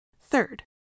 Third